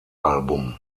album